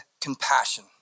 compassion